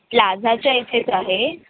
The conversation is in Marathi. प्लाझाच्या इथेच आहे